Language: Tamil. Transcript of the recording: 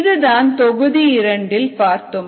இதுதான் தொகுதி இரண்டில் பார்த்தோம்